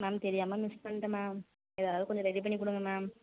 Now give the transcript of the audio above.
ma'am தெரியாமல் miss பண்ணிட்டன் ma'am எதாவது கொஞ்சம் ரெடி பண்ணி கொடுங்க மேம்